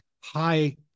high